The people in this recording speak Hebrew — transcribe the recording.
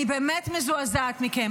אני באמת מזועזעת מכם.